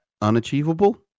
unachievable